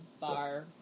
bar